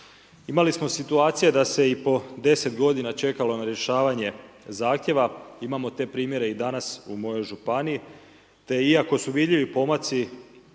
Imali smo situacije da se i po 10 g. čekalo na rješavanje zahtjeva, imamo te primjere i danas u mojoj županiji te iako su vidljivi pomaci